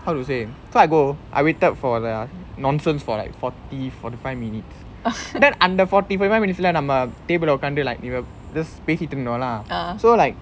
how to say so I go I waited for the nonsense for like forty forty five minutes then அந்த:antha forty five minutes நம்ம:namma table உட்கார்ந்து:utkaarnthu like we were just பேசிட்டு இருந்தோம்:pesittu irundhom lah so like